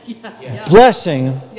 blessing